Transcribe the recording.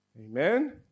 Amen